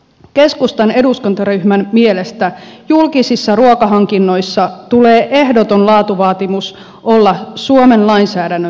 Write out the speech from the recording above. keskustan eduskuntaryhmän mielestä julkisissa ruokahankinnoissa tulee ehdoton laatuvaatimus olla suomen lainsäädännön velvoitteet